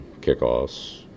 Kickoffs